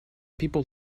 people